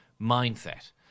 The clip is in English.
mindset